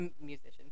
musicians